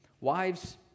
Wives